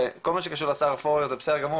וכל מה שקשור בשר פורר זה בסדר גמור,